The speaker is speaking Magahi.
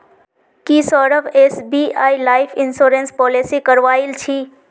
की Saurabh SBI life insurance policy करवइल छि